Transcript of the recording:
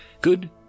Good